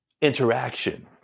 interaction